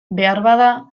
beharbada